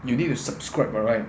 you need to subscribe [what] right